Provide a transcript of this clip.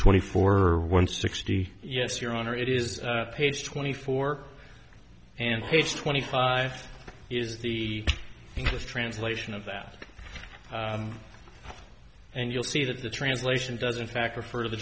twenty four or one sixty yes your honor it is page twenty four and page twenty five is the english translation of that and you'll see that the translation doesn't fact refer t